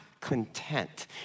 content